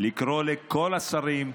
זה לקרוא לכל השרים,